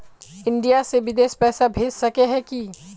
India से बिदेश पैसा भेज सके है की?